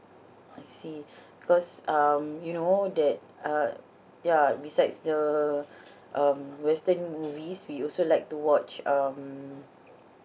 I see because um you know that uh ya besides the um western movies we also like to watch um